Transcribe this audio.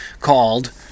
called